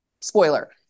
spoiler